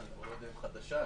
החדשה,